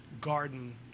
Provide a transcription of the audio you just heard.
garden